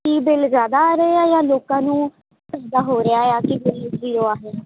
ਕੀ bill ਜ਼ਿਆਦਾ ਆ ਰਹੇ ਆ ਜਾਂ ਲੋਕਾਂ ਨੂੰ ਹੋ ਰਿਹਾ ਆ ਕੀ ਬਿੱਲ ਜੀਰੋ ਆ ਰਿਹਾ